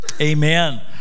Amen